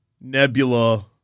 Nebula